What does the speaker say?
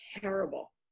terrible